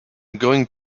going